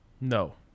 no